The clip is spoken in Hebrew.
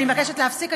אני מבקשת להפסיק,